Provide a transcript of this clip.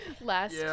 last